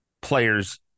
players